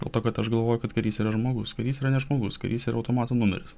dėl to kad aš galvoju kad karys yra žmogus karys yra ne žmogus karys yra automatų numerius